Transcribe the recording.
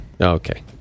Okay